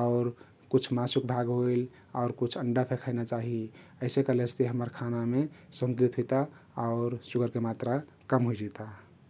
आउर कुछ मासुक भाग होइल आउर कुछ अण्डा फे खैना चाहि । अइसे करलेसति हम्मर खानामे सन्तुलित हुइता आउर सुगरके मात्रा कम हुइजिता ।